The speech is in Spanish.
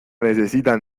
necesitan